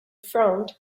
front